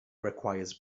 requires